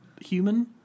human